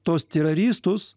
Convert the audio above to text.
tuos teroristus